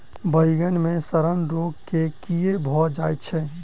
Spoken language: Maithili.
बइगन मे सड़न रोग केँ कीए भऽ जाय छै?